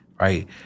right